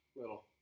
little